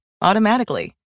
automatically